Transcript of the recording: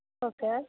okay